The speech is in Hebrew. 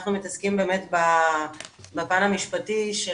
אנחנו מתעסקים באמת בפן המשפטי של